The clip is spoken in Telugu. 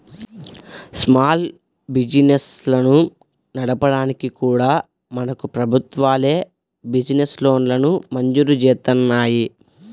స్మాల్ బిజినెస్లను నడపడానికి కూడా మనకు ప్రభుత్వాలే బిజినెస్ లోన్లను మంజూరు జేత్తన్నాయి